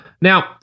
Now